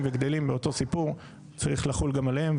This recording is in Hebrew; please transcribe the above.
וגדלים ואותו סיפור צריך לחול גם עליהם.